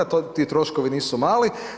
Ti troškovi nisu mali.